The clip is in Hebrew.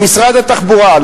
אל משרד התחבורה,